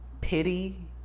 pity